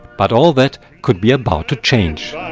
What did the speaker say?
but all that could be about to change.